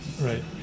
right